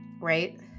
right